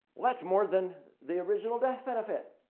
well, that's more than the original death benefit?